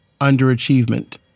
underachievement